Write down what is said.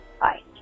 bye